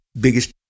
biggest